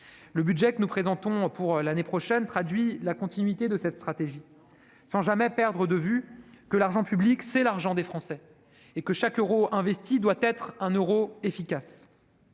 Le budget que nous présentons pour l'année prochaine traduit la continuité de cette stratégie, sans jamais perdre de vue que l'argent public, c'est l'argent des Français et que chaque euro investi doit être un euro efficace.